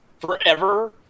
forever